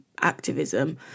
activism